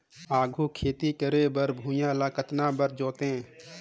आघु खेती करे बर भुइयां ल कतना म जोतेयं?